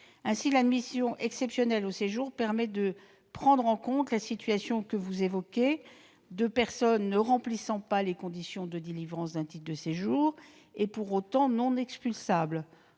Ainsi, l'admission exceptionnelle au séjour permet de prendre en compte la situation de personnes ne remplissant pas les conditions de délivrance d'un titre de séjour sans être pour autant expulsables.